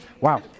wow